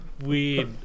weird